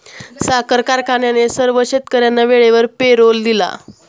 साखर कारखान्याने सर्व शेतकर्यांना वेळेवर पेरोल दिला